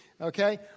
okay